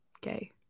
gay